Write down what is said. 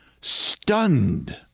stunned